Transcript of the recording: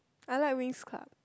I like Winx Club